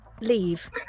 leave